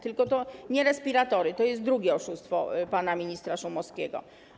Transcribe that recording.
Tylko to nie respiratory, to jest drugie oszustwo pana ministra Szumowskiego.